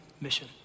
mission